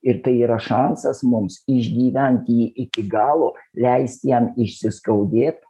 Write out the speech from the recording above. ir tai yra šansas mums išgyvent jį iki galo leisti jam išsiskaudėt